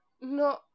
no